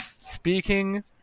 speaking